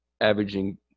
averaging